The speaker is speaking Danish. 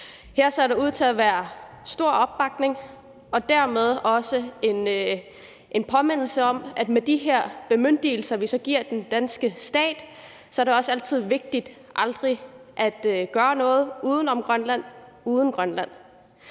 Her ser der ud til at være stor opbakning. Og det er dermed også en påmindelse om, at med de her bemyndigelser, vi så giver den danske stat, er det også altid vigtigt aldrig at gøre noget om Grønland uden Grønland.